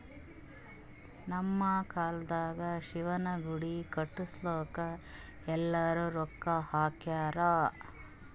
ನಮ್ ಕಾಲ್ದಾಗ ಶಿವನ ಗುಡಿ ಕಟುಸ್ಲಾಕ್ ಎಲ್ಲಾರೂ ರೊಕ್ಕಾ ಹಾಕ್ಯಾರ್